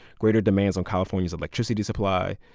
greater demands on california's electricity supply.